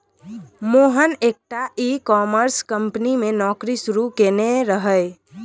मोहन एकटा e commerce company मे नौकरी शुरू केने रहय